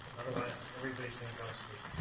otherwise everybody is going to go to sleep.